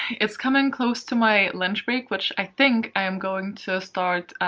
it's coming close to my lunch break, which i think i am going to start